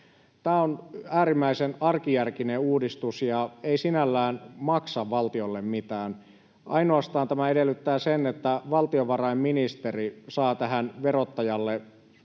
Tämä on äärimmäisen arkijärkinen uudistus ja ei sinällään maksa valtiolle mitään. Tämä edellyttää ainoastaan sen, että valtiovarainministeri saa verottajalle